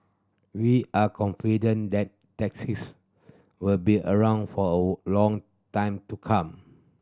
we are confident that taxis will be around for a long time to come